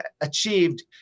achieved